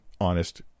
honest